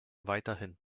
weiterhin